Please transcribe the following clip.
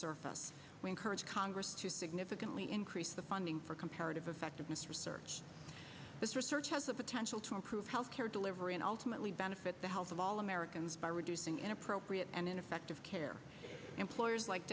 surface we encourage congress to significantly increase the funding for comparative effectiveness research this research has the potential to improve health care delivery and ultimately benefit the health of all americans by reducing inappropriate and ineffective care employers like